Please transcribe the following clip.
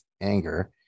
anger